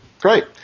great